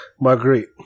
Marguerite